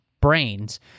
brains